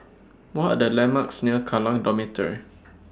What Are The landmarks near Kallang Dormitory